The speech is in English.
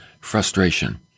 Frustration